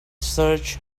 search